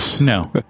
No